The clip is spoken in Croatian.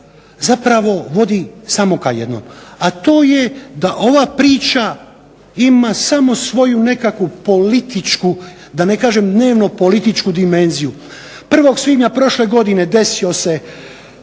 zapravo vodi samo ka jednom, a to je da ova priča ima samo svoju nekakvu političku, da ne kažem dnevno-političku dimenziju. 1. svibnja prošle godine desio se